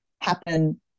happen